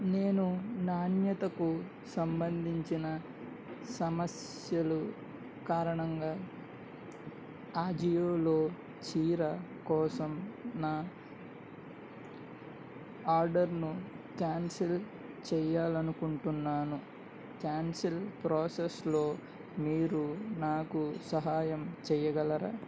నేను నాణ్యతకు సంబంధించిన సమస్యలు కారణంగా అజియోలో చీర కోసం నా ఆర్డర్ను క్యాన్సిల్ చేయాలి అనుకుంటున్నాను క్యాన్సిల్ ప్రాసెస్లో మీరు నాకు సహాయం చేయగలరా